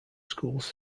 schools